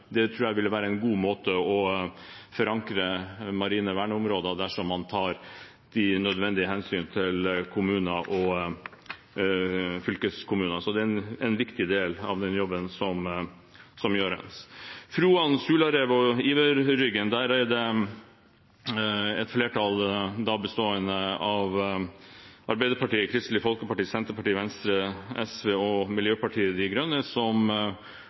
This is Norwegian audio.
man tar de nødvendige hensyn til kommuner og fylkeskommuner. Det er en viktig del av den jobben som gjøres. Når det gjelder Froan, Sularevet og Iverryggen, er det et flertall bestående av Arbeiderpartiet, Kristelig Folkeparti, Senterpartiet, Venstre, SV og Miljøpartiet De Grønne som